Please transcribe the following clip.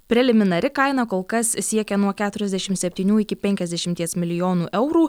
preliminari kaina kol kas siekia nuo keturiasdešim septynių iki penkiasdešimties milijonų eurų